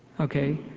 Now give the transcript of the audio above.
Okay